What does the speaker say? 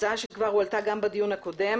שהועלתה כבר בדיון הקודם